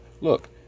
look